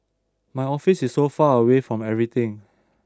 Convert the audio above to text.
my office is so far away from everything